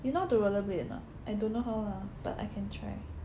you know to rollerblade a not I don't know how lah but I can try